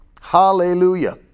Hallelujah